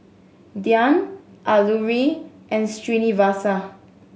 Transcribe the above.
Dhyan Alluri and Srinivasa